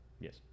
Yes